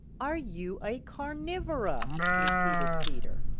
are you a carnivora? repeated peter.